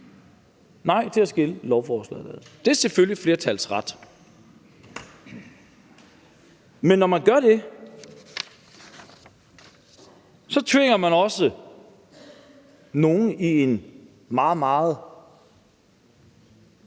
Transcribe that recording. nej til at dele lovforslaget. Det er selvfølgelig flertallets ret, men når man gør det, tvinger man også nogle ud i en meget, meget